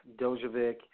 Dojovic